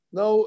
no